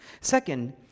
Second